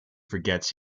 forgets